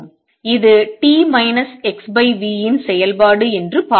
இது t - xv இன் செயல்பாடு என்று பார்ப்போம்